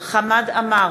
חמד עמאר,